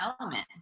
element